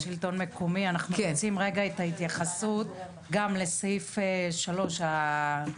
אנחנו רוצים רגע את ההתייחסות גם לסעיף (3),